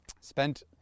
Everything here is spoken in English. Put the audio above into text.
spent